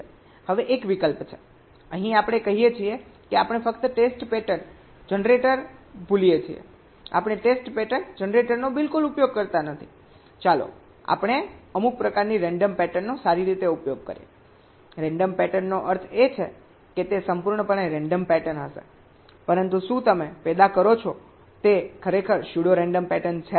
હવે એક વિકલ્પ છે અહીં આપણે કહીએ છીએ કે આપણે ફક્ત ટેસ્ટ પેટર્ન જનરેટર ભૂલીએ છીએ આપણે ટેસ્ટ પેટર્ન જનરેટર નો બિલકુલ ઉપયોગ કરતા નથી ચાલો આપણે અમુક પ્રકારની રેન્ડમ પેટર્નનો સારી રીતે ઉપયોગ કરીએ રેન્ડમ પેટર્નનો અર્થ એ છે કે તે સંપૂર્ણપણે રેન્ડમ પેટર્ન હશે પરંતુ શું તમે પેદા કરો છો તે ખરેખર સ્યુડો રેન્ડમ પેટર્ન છે